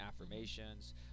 affirmations